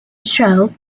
troupe